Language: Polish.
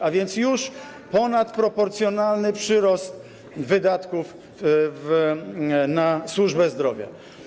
A więc już ponadproporcjonalny przyrost wydatków na służbę zdrowia.